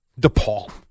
DePaul